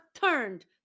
turned